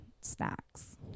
snacks